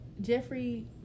Jeffrey